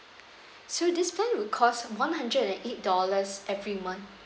so this plan would cost one hundred and eight dollars every month